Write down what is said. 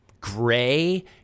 gray